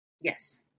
Yes